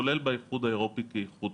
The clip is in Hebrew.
כולל באיחוד האירופי כאיחוד,